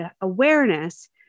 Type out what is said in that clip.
awareness